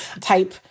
type